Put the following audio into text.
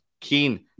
Keen